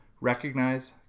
recognize